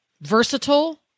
versatile